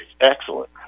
excellent